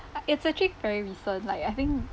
uh it's actually very recent like I think